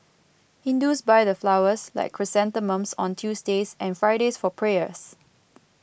hindus buy the flowers like chrysanthemums on Tuesdays and Fridays for prayers